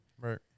Right